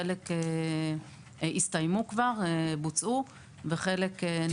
חלק כבר הסתיימו ובוצעו וחלק נמצאים בתהליך